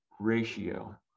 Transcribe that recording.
ratio